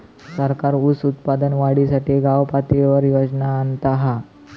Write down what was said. सरकार ऊस उत्पादन वाढीसाठी गावपातळीवर योजना आणता हा